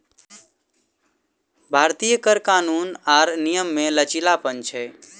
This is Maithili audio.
भारतीय कर कानून आर नियम मे लचीलापन छै